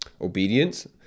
obedience